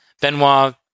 Benoit